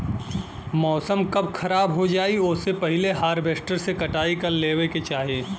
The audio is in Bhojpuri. मौसम कब खराब हो जाई ओसे पहिले हॉरवेस्टर से कटाई कर लेवे के चाही